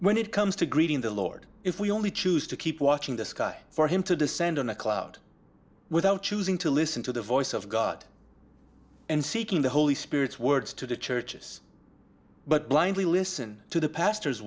when it comes to greeting the lord if we only choose to keep watching the sky for him to descend on a cloud without choosing to listen to the voice of god and seeking the holy spirit's words to the churches but blindly listen to the pastor